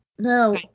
No